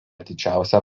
didžiausia